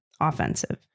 offensive